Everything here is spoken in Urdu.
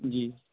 جی